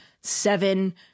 seven